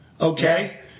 Okay